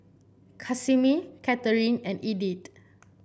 Casimir Catharine and Edythe